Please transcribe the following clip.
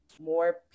more